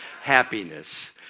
happiness